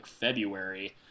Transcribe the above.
February